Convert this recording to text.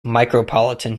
micropolitan